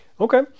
okay